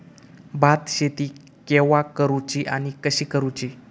भात शेती केवा करूची आणि कशी करुची?